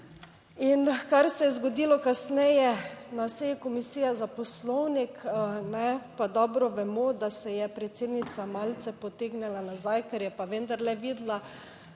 kar se je zgodilo kasneje na seji Komisije za poslovnik, pa dobro vemo, da se je predsednica malce potegnila nazaj, ker je pa vendarle videla